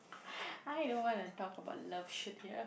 I don't want to talk about love shit here